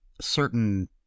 certain